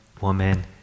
woman